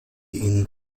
ihnen